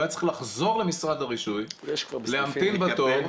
הוא היה צריך לחזור למשרד הרישוי, להמתין בתור.